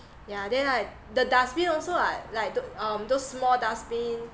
yeah then like the dustbin also I like th~ um those small dustbin